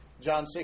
John